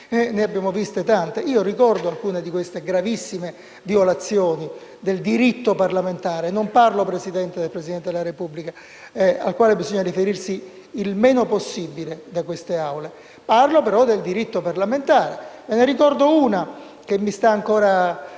ne abbiamo viste tante. Ricordo alcune di queste gravissime violazioni del diritto parlamentare. Non parlo del Presidente della Repubblica, signora Presidente, al quale bisogna riferirsi il meno possibile da queste Aule. Parlo però del diritto parlamentare. Ne ricordo una, che mi è ancora